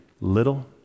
little